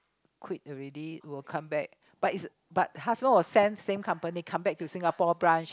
quit already will come back but it's but husband will send same company come back to Singapore branch